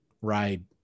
ride